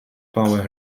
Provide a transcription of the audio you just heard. power